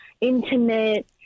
intimate